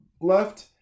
left